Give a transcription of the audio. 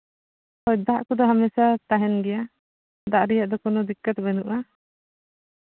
ᱟᱨ ᱫᱟᱜ ᱠᱚᱫᱚ ᱦᱟᱢᱮᱥᱟ ᱛᱟᱦᱮᱱ ᱜᱮᱭᱟ ᱫᱟᱜ ᱨᱮᱭᱟᱜ ᱫᱚ ᱠᱳᱱᱳ ᱫᱤᱠᱠᱚᱛ ᱵᱟᱹᱱᱩᱜᱼᱟ